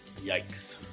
Yikes